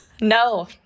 No